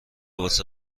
واست